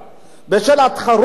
בשל התחרות,